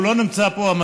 שלא נמצא פה,